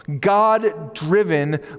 God-driven